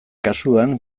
kasuan